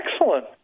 Excellent